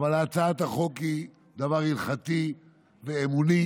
אבל הצעת החוק היא דבר הלכתי ואמוני.